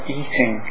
eating